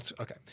Okay